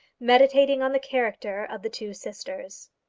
meditating on the character of the two sisters.